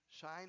shine